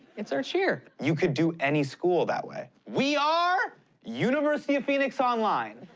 it's our cheer. you could do any school that way. we are university of phoenix online!